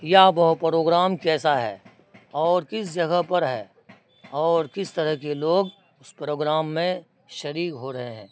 یا وہ پروگرام کیسا ہے اور کس جگہ پر ہے اور کس طرح کے لوگ اس پروگرام میں شریک ہو رہے ہیں